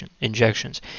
injections